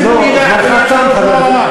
למה אתה יורד לרמה הזאת?